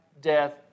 death